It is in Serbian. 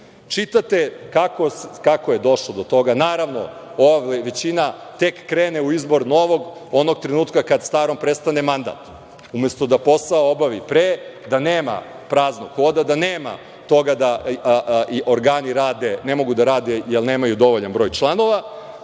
čitate kako je došlo do toga i, naravno, ova većina tek krene u izbor novog onog trenutka kad starom prestane mandat, umesto da posao obavi pre, da nema praznog hoda, da nema toga da organi ne mogu da rade jer nemaju dovoljan broj članova,